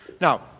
Now